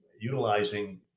utilizing